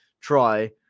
try